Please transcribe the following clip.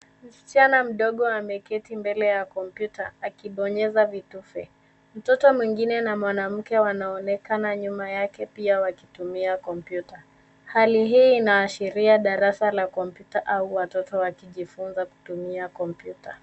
Msichana mdogo ameketi mbele ya kompyuta, akibonyeza vitufe. Mtoto mwingine na mwanamke wanaonekana nyuma yake pia wakitumia kompyuta. Hali hii inaashiria darasa la kompyuta au watoto wakijifunza kutumia kompyuta.